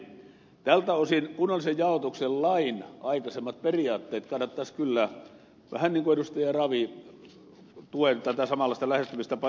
tältä osin kunnallisen jaotuksen lain aikaisempia periaatteita kannattaisi kyllä tuen tätä vähän samanlaista lähestymistapaa kuin ed